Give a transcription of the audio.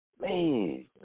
man